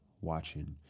watching